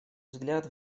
взгляд